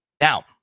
Now